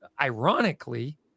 ironically